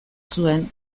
zuen